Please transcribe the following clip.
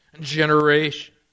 generation